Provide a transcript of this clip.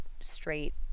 straight